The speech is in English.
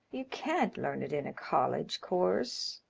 you can't learn it in a college course.